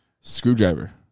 screwdriver